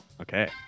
okay